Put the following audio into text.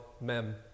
mem